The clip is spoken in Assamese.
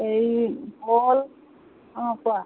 হেৰি কল অঁ কোৱা